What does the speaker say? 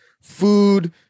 food